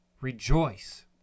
Rejoice